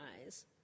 eyes